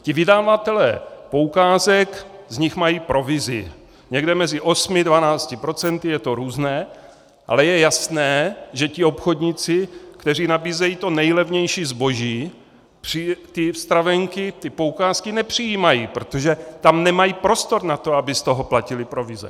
Ti vydavatelé poukázek z nich mají provizi, někde mezi 8 až 12 %, je to různé, ale je jasné, že ti obchodníci, kteří nabízejí to nejlevnější zboží, ty poukázky nepřijímají, protože tam nemají prostor na to, aby z toho platili ty provize.